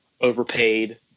overpaid